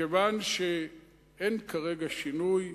מכיוון שאין כרגע שינוי,